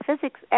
physics